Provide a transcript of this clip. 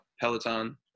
peloton